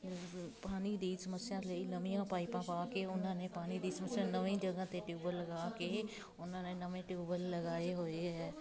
ਪਾਣੀ ਦੀ ਸਮੱਸਿਆ ਲਈ ਨਵੀਆਂ ਪਾਈਪਾਂ ਪਾ ਕੇ ਉਹਨਾਂ ਨੇ ਪਾਣੀ ਦੀ ਸਮੱਸਿਆ ਨਵੀਂ ਜਗ੍ਹਾ 'ਤੇ ਟਿਊਬੈੱਲ ਲਗਾ ਕੇ ਉਹਨਾਂ ਨੇ ਨਵੇਂ ਟਿਊਬੈੱਲ ਲਗਾਏ ਹੋਏ ਹੈ